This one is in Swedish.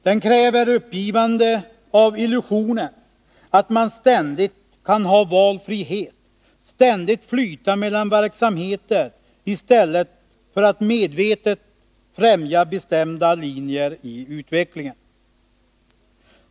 Den kräver uppgivande av illusionen att man ständigt kan ha ”valfrihet”, ständigt flyta mellan verksamheter i stället för att medvetet främja bestämda linjer i utvecklingen.